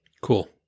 Cool